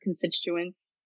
constituents